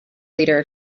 leader